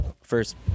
first